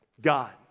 God